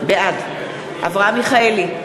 בעד אברהם מיכאלי,